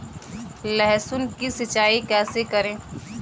लहसुन की सिंचाई कैसे करें?